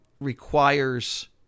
requires